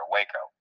Waco